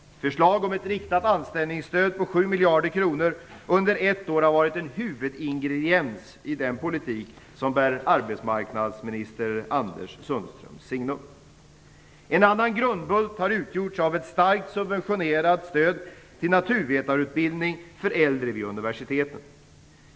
Förslag om ett riktat anställningsstöd på 7 miljarder kronor under ett år har varit en huvudingrediens i den politik som bär arbetsmarknadsminister Anders Sundströms signum. En annan grundbult har utgjorts av ett starkt subventionerat stöd till naturvetarutbildning för äldre vid universiteten.